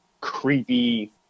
creepy